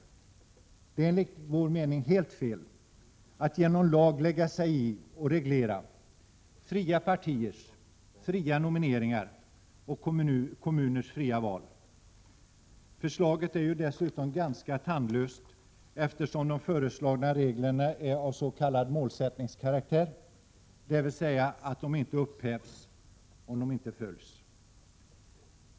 Det är enligt vår mening helt fel att genom lag lägga sig i och reglera fria partiers nomineringar och kommuners fria val. Förslaget är ju dessutom ganska tandlöst, eftersom de föreslagna reglerna är av s.k. målsättningskaraktär, dvs. att de inte upphävs om de inte följs.